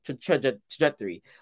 trajectory